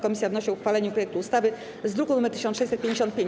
Komisja wnosi o uchwalenie projektu ustawy z druku nr 1655.